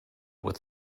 with